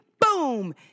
Boom